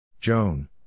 Joan